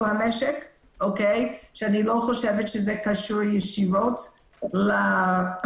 המשק שאני לא חושבת שזה קשור ישירות למעונות.